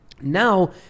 Now